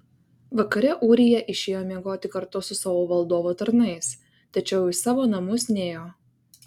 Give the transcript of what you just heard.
vakare ūrija išėjo miegoti kartu su savo valdovo tarnais tačiau į savo namus nėjo